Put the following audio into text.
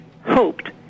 hoped